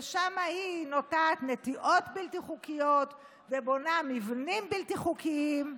ושם היא נוטעת נטיעות בלתי חוקיות ובונה מבנים בלתי חוקיים.